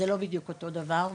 זה לא בדיוק אותו הדבר,